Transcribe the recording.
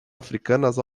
africanas